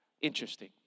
Interesting